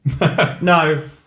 No